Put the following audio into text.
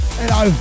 hello